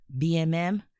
BMM